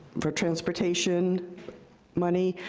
for transportation money,